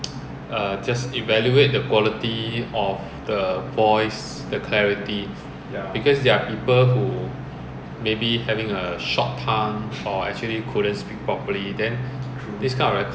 uh from china then we got the china accent in our or the hong-kong english accent then it's not relevant to their study for singapore accent it's a kind of codeswitching ya